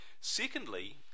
Secondly